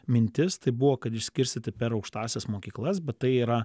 mintis tai buvo kad išskirstyti per aukštąsias mokyklas bet tai yra